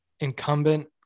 incumbent